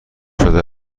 شده